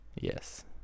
Yes